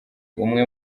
umwe